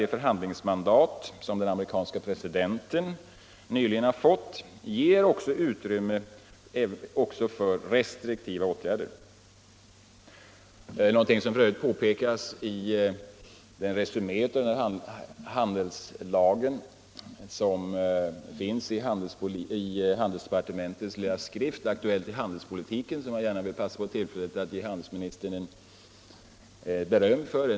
Det förhandlingsmandat som den amerikanske presidenten nyligen har fått ger utrymme också för restriktiva åtgärder, någonting som f. ö. påpekas i den resumé av handelslagen som finns i handelsdepartementets lilla skrift Aktuellt i handelspolitiken. Jag vill gärna passa på tillfället att ge handelsministern beröm för den.